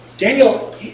Daniel